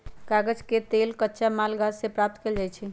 कागज के लेल कच्चा माल गाछ से प्राप्त कएल जाइ छइ